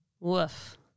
Woof